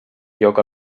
lloc